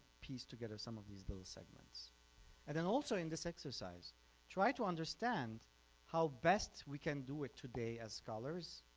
piece together some of these little segments and then also in this exercise try to understand how best we can do it today as scholars